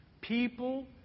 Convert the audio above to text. People